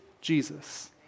Jesus